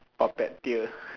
puppeteer